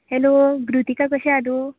hello Kritika कशें आसा तूं